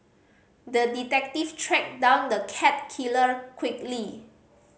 the detective tracked down the cat killer quickly